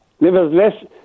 Nevertheless